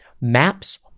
Maps